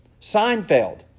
Seinfeld